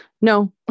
No